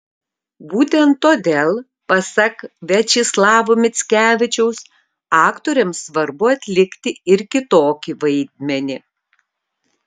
būtent todėl pasak viačeslavo mickevičiaus aktoriams svarbu atlikti ir kitokį vaidmenį